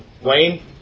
Wayne